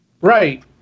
Right